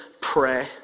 pray